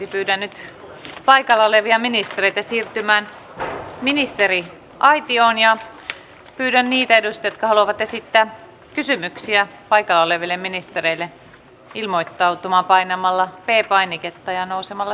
pyydän nyt paikalla olevia ministereitä siirtymään ministeriaitioon ja pyydän niitä edustajia jotka haluavat esittää kysymyksiä paikalla oleville ministereille ilmoittautumaan painamalla p painiketta ja nousemalla seisomaan